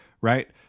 right